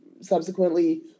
subsequently